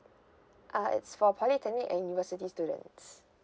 uh it's for polytechnic and university students